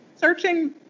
searching